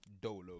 Dolo